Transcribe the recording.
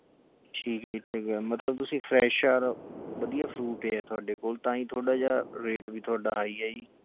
ਠੀਕ ਹੈ ਜੀ ਠੀਕ ਹੈ ਮਤਲਬ ਤੁਸੀਂ ਫਰੈਸ਼ ਔਰ ਵਧੀਆ ਫਰੂਟ ਹੀ ਹੈ ਤੁਹਾਡੇ ਕੋਲ ਤਾਂ ਹੀ ਥੋੜ੍ਹਾ ਜਿਹਾ ਰੇਟ ਵੀ ਤੁਹਾਡਾ ਹਾਈ ਹੈ ਜੀ